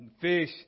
fish